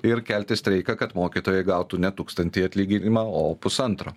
ir kelti streiką kad mokytojai gautų ne tūkstantį atlyginimą o pusantro